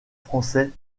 français